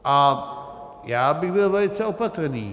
A já bych byl velice opatrný.